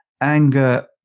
anger